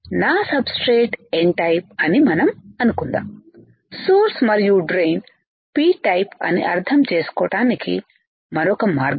నా substrate n type అని మనం అనుకుందాం సోర్స్ మరియు డ్రైన్ P టైప్ అది అర్థం చేసుకోవడానికి మరొక మార్గం